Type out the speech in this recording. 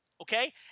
Okay